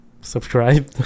subscribe